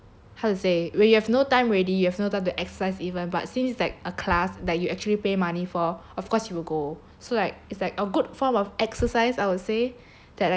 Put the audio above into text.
how to say when you have no time already you have no time to exercise even but since like a class that you actually pay money for of course you will go so like it's like a good form of exercise I would say